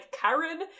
Karen